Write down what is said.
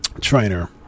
trainer